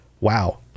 wow